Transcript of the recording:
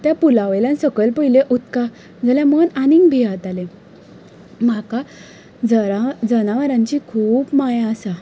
त्या पुला वयल्यान सकयल पयलें उदकां जाल्यार मन आनीक भियेंतालें म्हाका जना जनावरांची खूब माया आसा